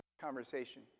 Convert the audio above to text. conversation